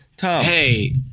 hey –